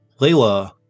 Layla